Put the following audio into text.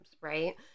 right